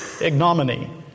ignominy